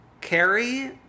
Carrie